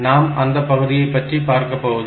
நாம் அந்த பகுதியை பற்றி பார்க்க போவதில்லை